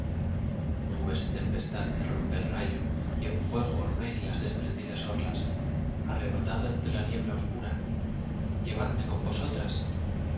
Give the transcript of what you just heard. nubes de tempestad que rompe el rayo y en fuego ornáis las desprendidas orlas arrebatado entre la niebla oscura llevadme con vosotras